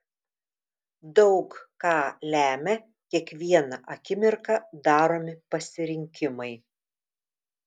daug ką lemią kiekvieną akimirką daromi pasirinkimai